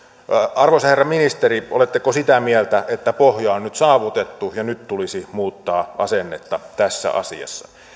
arvoisa herra ministeri oletteko sitä mieltä että pohja on nyt saavutettu ja nyt tulisi muuttaa asennetta tässä asiassa